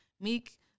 meek